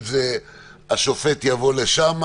השופט יבוא לשם?